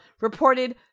reported